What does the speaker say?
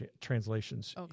translations